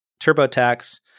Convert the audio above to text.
TurboTax